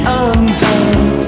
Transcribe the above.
undone